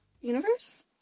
universe